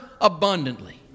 abundantly